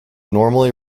normally